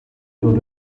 dod